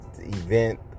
event